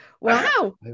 Wow